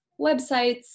websites